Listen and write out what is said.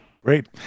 Great